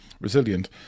resilient